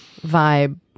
vibe